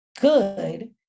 good